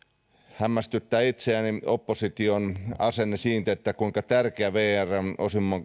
hämmästyttää opposition asenne siitä kuinka tärkeä vrn